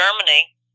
Germany